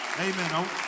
Amen